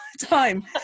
time